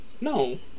No